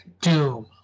Doom